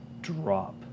drop